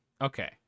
Okay